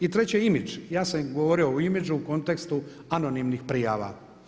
I treće imidž, ja sam im govorio o imidžu u kontekstu anonimnih prijava.